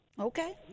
Okay